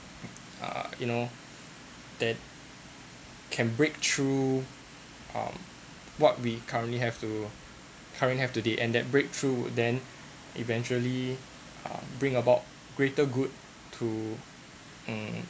err you know that can breakthrough um what we currently have to currently have today and that breakthrough then eventually um bring about greater good to um